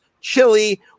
chili